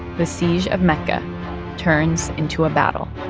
the siege of mecca turns into a battle